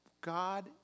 God